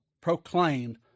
proclaimed